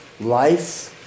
life